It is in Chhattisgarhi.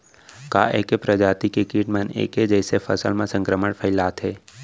का ऐके प्रजाति के किट मन ऐके जइसे फसल म संक्रमण फइलाथें?